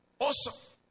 Awesome